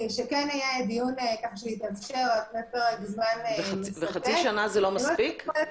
כך שיהיה דיון שיתאפשר על פני פרק זמן מספק --- וחצי שנה זה לא מספיק?